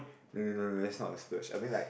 no no no no that's not a splurge I mean like